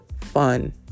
fun